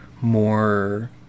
more